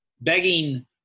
begging